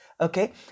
Okay